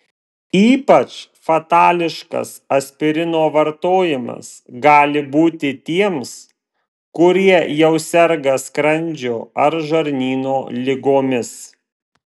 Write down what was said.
ypač fatališkas aspirino vartojimas gali būti tiems kurie jau serga skrandžio ar žarnyno ligomis